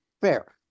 fair